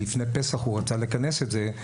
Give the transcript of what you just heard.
לפני פסח הוא רצה לכנס את זה,